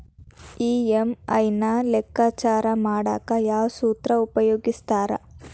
EMI ನ ಲೆಕ್ಕಾಚಾರ ಮಾಡಕ ಯಾವ್ ಸೂತ್ರ ಉಪಯೋಗಿಸ್ತಾರ